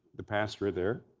the pastor there,